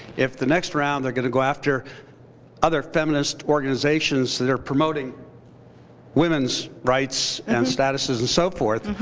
if the next round they're going to go after other feminist organizations that are promoting women's rights and statuses and so forth,